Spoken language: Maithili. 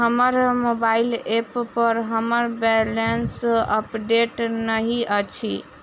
हमर मोबाइल ऐप पर हमर बैलेंस अपडेट नहि अछि